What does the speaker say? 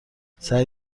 سعی